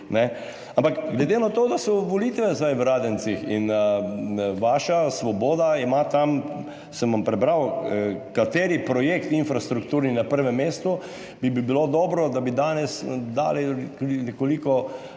Ampak glede na to, da so zdaj volitve v Radencih in ima vaša Svoboda tam, sem vam prebral, kateri infrastrukturni projekt na prvem mestu, bi bilo dobro, da bi danes dali nekoliko